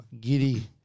giddy